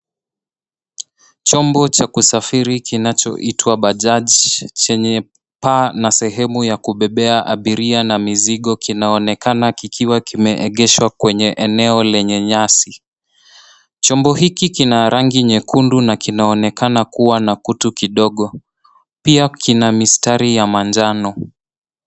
Chombo cha kusafiria, chenye paa na sehemu ya kubebea abiria pamoja na mizigo, kinaonekana kikiwa kimeegeshwa kwenye eneo lenye nyasi. Chombo hiki ni cha rangi nyekundu na kinaonekana kuwa na kutu kidogo. Pia kina mistari ya manjano.